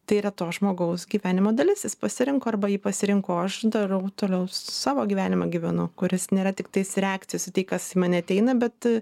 tai yra to žmogaus gyvenimo dalis jis pasirinko arba jį pasirinko o aš darau toliau savo gyvenimą gyvenu kuris nėra tiktais reakcijos į tai kas į mane ateina bet